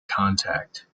contact